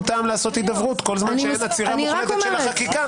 טעם לעשות הידברות כל זמן שאין עצירה מוחלטת של החקיקה.